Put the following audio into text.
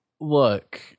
Look